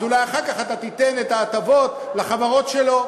אז אולי אחר כך אתה תיתן את ההטבות לחברות שלו.